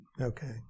Okay